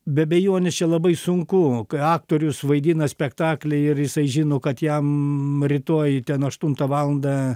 be abejonės čia labai sunku kai aktorius vaidina spektaklį ir jisai žino kad jam rytoj ten aštuntą valandą